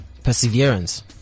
Perseverance